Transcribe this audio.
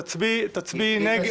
תצביעי נגד.